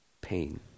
pain